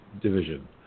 division